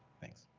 thanks.